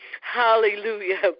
Hallelujah